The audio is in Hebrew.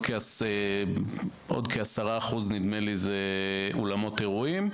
עוד כ-10% זה אולמות אירועים.